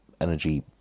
energy